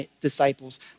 disciples